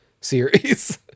series